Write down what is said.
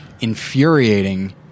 infuriating